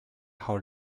how